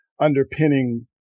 underpinning